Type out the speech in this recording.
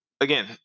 Again